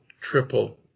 triple